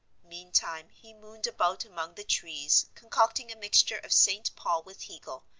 meantime he mooned about among the trees concocting a mixture of st. paul with hegel,